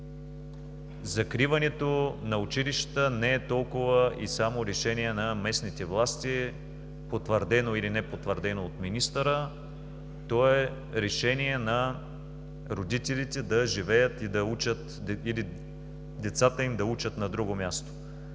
Закриването на училищата не е толкова и само решение на местните власти, потвърдено или непотвърдено от министъра, то е решение на родителите да живеят и децата им да учат на друго място,